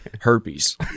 herpes